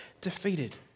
defeated